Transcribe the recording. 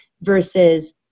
Versus